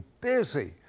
busy